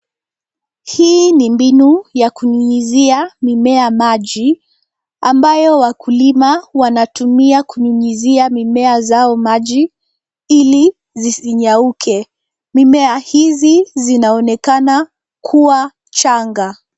Hii ni mbinu ya nunyunyizia mimea maji ambayo wakulima wanatumia kunyunyizia mimea zao maji ili zisinyauke. Mimea hizi zinaonekana kuwa changa.